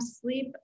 sleep